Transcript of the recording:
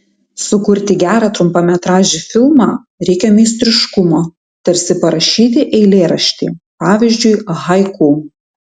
sukurti gerą trumpametražį filmą reikia meistriškumo tarsi parašyti eilėraštį pavyzdžiui haiku